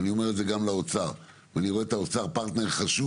ואני אומר את זה גם לאוצר ואני רואה באוצר פרטנר חשוב,